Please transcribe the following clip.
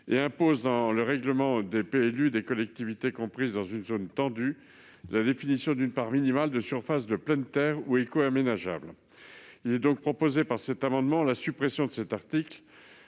et impose, dans le règlement des PLU des collectivités comprises dans une zone tendue, la fixation d'une part minimale de surface de pleine terre ou éco-aménageable. Nous proposons la suppression de cet article,